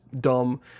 dumb